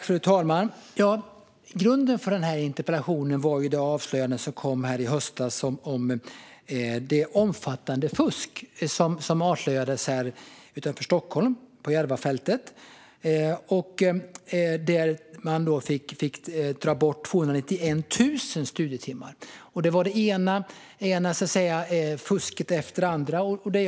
Fru talman! Grunden för min interpellation var det avslöjande som kom nu i höst om det omfattande fusket på Järvafältet i Stockholm. Man fick dra bort 291 000 studietimmar, och det var det ena fusket efter det andra.